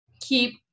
keep